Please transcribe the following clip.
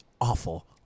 awful